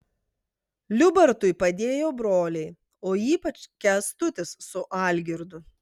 liubartui padėjo broliai o ypač kęstutis su algirdu